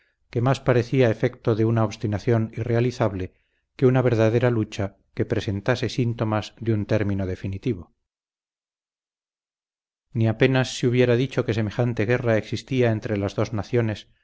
que más parecía efecto de una obstinación irrealizable que una verdadera lucha que presentase síntomas de un término definitivo ni apenas se hubiera dicho que semejante guerra existía entre las dos naciones